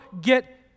get